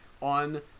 on